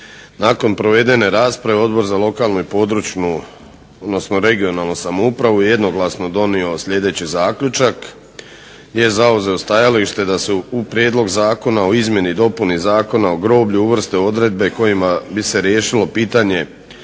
Nakon provedene rasprave Odbor za lokalnu i područnu (regionalnu) samoupravu jednoglasno je donio sljedeći zaključak je zauzeo stajalište da se u Prijedlog zakona o izmjeni i dopuni Zakona o groblju uvrste odredbe kojima bi se riješilo pitanje